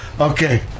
okay